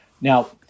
Now